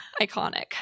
Iconic